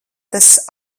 tas